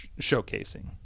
showcasing